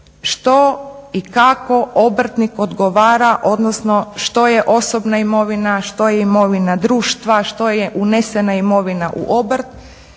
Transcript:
što i kako obrtnik odgovara, odnosno što je osobna imovina, što je imovina društva, što je unesena imovina u obrt.